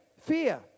fear